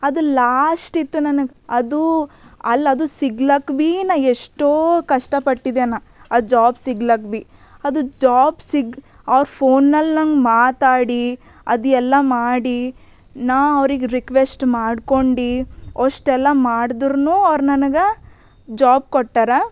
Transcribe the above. ಅದು ಲಾಶ್ಟ್ ಇತ್ತು ನನಗೆ ಅದೂ ಅಲ್ಲ ಅದು ಸಿಗ್ಲಕ್ಕೆ ಬೀ ನಾ ಎಷ್ಟೋ ಕಷ್ಟಪಟ್ಟಿದ್ದೆ ನಾ ಆ ಜಾಬ್ ಸಿಗ್ಲಕ್ಕೆ ಬಿ ಅದು ಜಾಬ್ ಸಿಗೋ ಅವ್ರು ಫೋನಲ್ಲಿ ನಂಗೆ ಮಾತಾಡಿ ಅದು ಎಲ್ಲ ಮಾಡಿ ನಾ ಅವ್ರಿಗೆ ರಿಕ್ವೆಶ್ಟ್ ಮಾಡ್ಕೊಂಡು ಅಷ್ಟೆಲ್ಲ ಮಾಡಿದ್ರುನೂ ಅವ್ರು ನನಗೆ ಜಾಬ್ ಕೊಟ್ಟಾರ